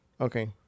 Okay